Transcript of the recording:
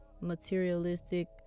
materialistic